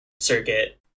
circuit